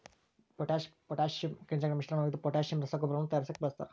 potash potassium ಖನಿಜಗಳ ಮಿಶ್ರಣವಾಗಿದ್ದು potassium ರಸಗೊಬ್ಬರಗಳನ್ನು ತಯಾರಿಸಾಕ ಬಳಸ್ತಾರ